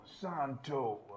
Santo